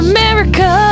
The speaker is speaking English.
America